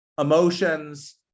emotions